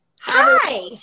Hi